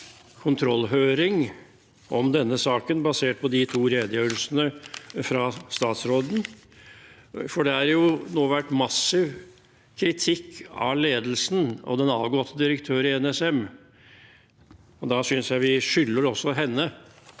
kontrollhøring om denne saken, basert på de to redegjørelsene fra statsråden. Det har jo nå vært massiv kritikk av ledelsen og den avgåtte direktør i NSM, og da synes jeg vi skylder også henne